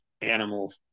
animal